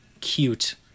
cute